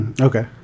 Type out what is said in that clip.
Okay